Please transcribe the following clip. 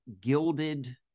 gilded